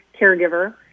caregiver